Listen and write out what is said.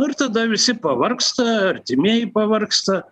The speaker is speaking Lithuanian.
ir tada visi pavargsta artimieji pavargsta